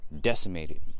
decimated